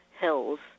Hills